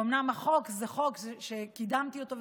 אומנם זה חוק שקידמתי אותו,